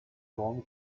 grande